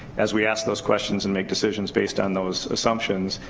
as we ask those questions and make decision based on those assumptions,